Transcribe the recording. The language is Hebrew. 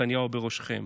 נתניהו בראשכם.